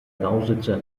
lausitzer